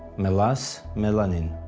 melas melanin.